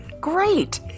great